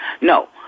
No